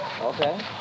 Okay